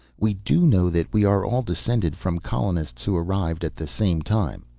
we do know that we are all descended from colonists who arrived at the same time.